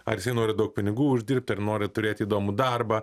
ar jisai nori daug pinigų uždirbti ar nori turėti įdomų darbą